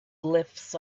glyphs